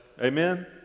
amen